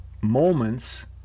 moments